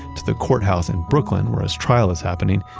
to the courthouse in brooklyn where his trial is happening,